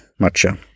matcha